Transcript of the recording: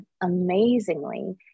amazingly